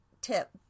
tip